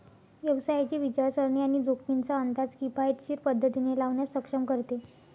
व्यवसायाची विचारसरणी आणि जोखमींचा अंदाज किफायतशीर पद्धतीने लावण्यास सक्षम करते